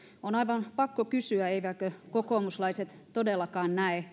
on aivan pakko kysyä eivätkö kokoomuslaiset todellakaan näe